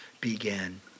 began